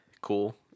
cool